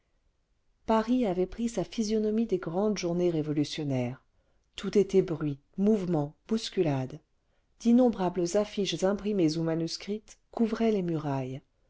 paris avait pris sa physionomie des grandes journées révolutionnaires tout était bruit mouvement bousculade d'innombrables affiches imprimées ou manuscrites couvraient les murailles